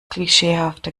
klischeehafter